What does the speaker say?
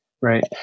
Right